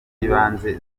z’ibanze